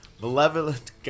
Malevolent